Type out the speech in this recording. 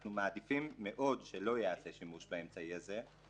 אנחנו מעדיפים מאוד שלא ייעשה שימוש באמצעי הזה.